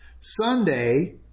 Sunday